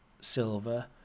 silver